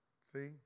See